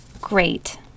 Great